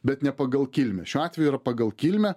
bet ne pagal kilmę šiuo atveju yra pagal kilmę